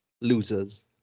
Losers